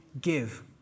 give